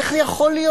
איך יכול להיות?